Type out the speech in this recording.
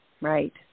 Right